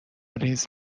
ریز